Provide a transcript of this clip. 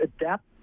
adapt